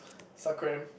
sa cram